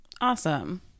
Awesome